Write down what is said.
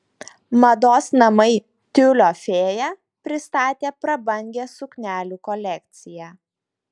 mados namai tiulio fėja pristatė prabangią suknelių kolekciją